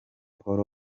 paul